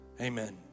amen